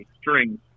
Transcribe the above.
strings